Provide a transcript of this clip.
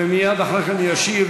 ומייד אחרי כן ישיב